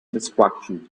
destruction